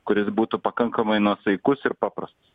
kuris būtų pakankamai nuosaikus ir paprastas